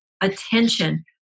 attention